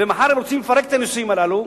ומחר הם רוצים לפרק את הנישואים הללו,